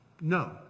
No